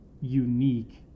unique